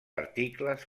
articles